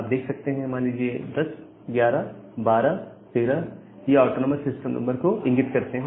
आप देख सकते हैं मान लीजिए 10 11 12 13 यह ऑटोनॉमस सिस्टम नंबर को इंगित करते हैं